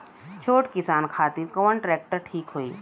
छोट किसान खातिर कवन ट्रेक्टर ठीक होई?